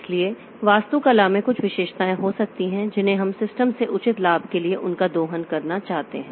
इसलिए वास्तुकला में कुछ विशेषताएं हो सकती हैं जिन्हें हम सिस्टम से उचित लाभ के लिए उनका दोहन करना चाहते हैं